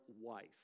wife